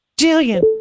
Jillian